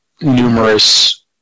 numerous